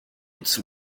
its